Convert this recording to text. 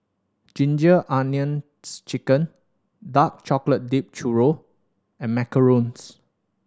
Ginger Onions Chicken dark chocolate dipped churro and macarons